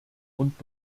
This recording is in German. und